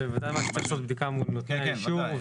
זה בוודאי מצריך בדיקה מול נותני האישור.